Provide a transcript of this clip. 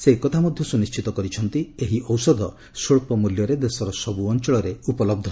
ସେ ଏକଥା ମଧ୍ୟ ସ୍ରନିଣ୍ଟିତ କରିଛନ୍ତି ଏହି ଔଷଧ ସ୍ୱଚ୍ଚ ମୂଲ୍ୟରେ ଦେଶର ସବୁ ଅଞ୍ଚଳରେ ଉପଲହ୍ଧ ହେବ